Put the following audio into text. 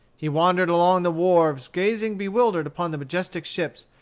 he wandered along the wharves gazing bewildered upon the majestic ships,